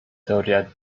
teoria